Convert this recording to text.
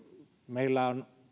meillä